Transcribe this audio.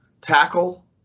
tackle